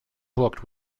booked